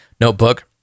notebook